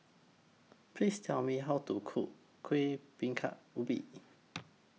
Please Tell Me How to Cook Kueh Bingka Ubi